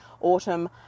autumn